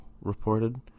Reported